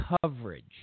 coverage